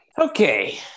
Okay